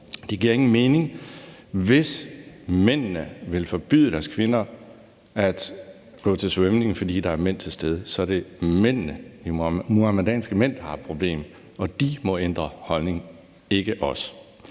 Det giver ingen mening. Hvis mændene vil forbyde deres kvinder at gå til svømning, fordi der er mænd til stede, så er det de muhamedanske mænd, der har et problem, og de, ikke os, må ændre holdning. Så vi